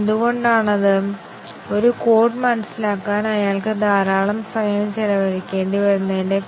പക്ഷേ ഇത് വരയ്ക്കുന്നതിന് നമുക്ക് ചിട്ടയായ ചില മാർഗ്ഗങ്ങൾ ഉണ്ടായിരിക്കണം